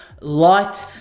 light